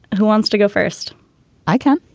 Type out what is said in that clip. who wants to go first i can't.